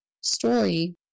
story